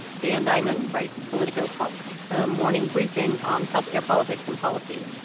dan diamond writes political pulse, a morning briefing on health care, politics and policy.